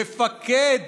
מפקד